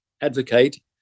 advocate